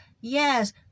yes